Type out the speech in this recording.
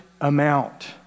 amount